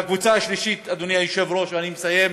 והקבוצה השלישית, אדוני היושב-ראש, אני מסיים,